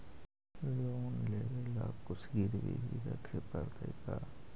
Loan लेबे ल कुछ गिरबी भी रखे पड़तै का?